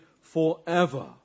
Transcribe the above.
Forever